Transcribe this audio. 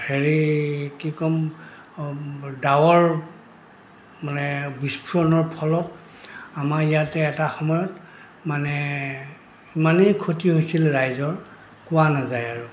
হেৰি কি ক'ম ডাৱৰ মানে বিস্ফোৰণৰ ফলত আমাৰ ইয়াতে এটা সময়ত মানে ইমানেই ক্ষতি হৈছিল ৰাইজৰ কোৱা নাযায় আৰু